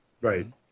Right